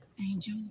Angel